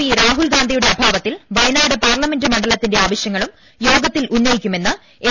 P Rahul ഗാന്ധിയുടെ അഭാവത്തിൽ Wayanad parliament മണ്ഡലത്തിന്റെ ആവശ്യങ്ങളും യോഗത്തിൽ ഉന്നയിക്കുമെന്ന് എം